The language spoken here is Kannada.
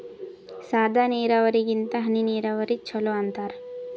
ಸಾದ ನೀರಾವರಿಗಿಂತ ಹನಿ ನೀರಾವರಿನ ಚಲೋ ಅಂತಾರ